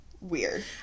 weird